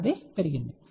కాబట్టి అందుకే ఇది 3